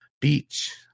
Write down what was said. beach